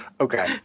Okay